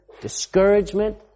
discouragement